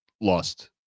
lost